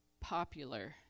popular